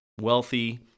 Wealthy